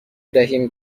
دهیم